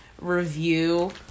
review